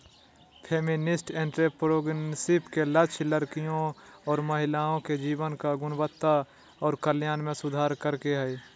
feminist entrepreneurship के लक्ष्य लड़कियों और महिलाओं के जीवन की गुणवत्ता और कल्याण में सुधार करे के हय